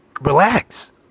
relax